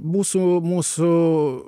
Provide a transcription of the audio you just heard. mūsų mūsų